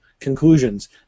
Conclusions